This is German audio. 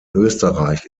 österreich